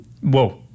whoa